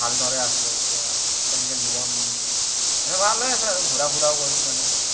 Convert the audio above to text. ভালদৰে আছে এতিয়া তেনেকে জীৱন ভাল হৈ আছে আৰু ঘূৰা ফুৰাও কৰিছে তেনেকে